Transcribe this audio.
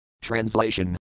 Translation